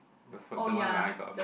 the food that one where I got a